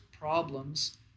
problems